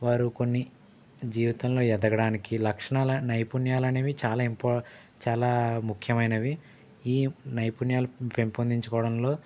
వారు కొన్ని జీవితంలో ఎదగడానికి లక్షణాల నైపుణ్యాలనేవి చాలా ఇంపో చాలా ముఖ్యమైనవి ఈ నైపుణ్యాలు పెంపొందించుకోవడంలో